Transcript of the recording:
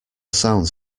sounds